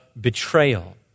betrayal